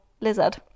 lizard